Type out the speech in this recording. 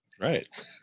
Right